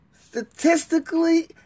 statistically